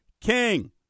king